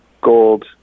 gold